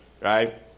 right